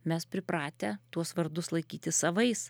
mes pripratę tuos vardus laikyti savais